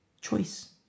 Choice